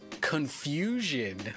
confusion